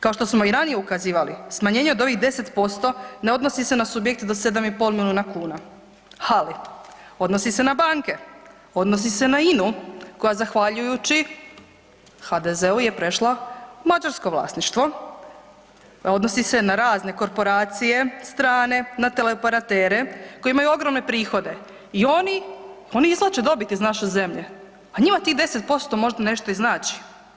Kao što smo i ranije ukazivali smanjenje od ovih 10% ne odnosi se na subjekte do 7,5 miliona kuna, ali odnosi se na banke, odnosi se na INU koja zahvaljujući HDZ-u je prešla u mađarsko vlasništvo, odnosi se na razne korporacije strane, na teleoperatere koji imaju ogromne prihode i oni, oni izvlače dobit iz naše zemlje, a njima tih 10% možda nešto i znači.